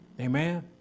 Amen